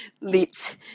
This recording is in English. lit